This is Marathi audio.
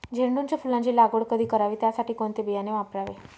झेंडूच्या फुलांची लागवड कधी करावी? त्यासाठी कोणते बियाणे वापरावे?